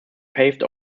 paved